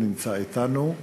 הוא נמצא אתנו.